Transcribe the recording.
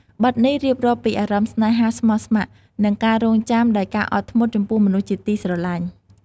បទនេះរៀបរាប់ពីអារម្មណ៍ស្នេហាស្មោះស្ម័គ្រ និងការរង់ចាំដោយការអត់ធ្មត់ចំពោះមនុស្សជាទីស្រឡាញ់។